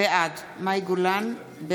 בעד מי שהצביע,